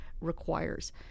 requires